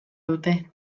dute